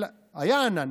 היה ענן.